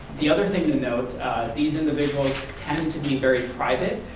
the other thing to note these individuals tend to be very private,